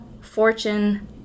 Fortune